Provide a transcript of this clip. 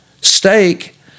steak